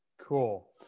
cool